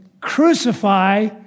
crucify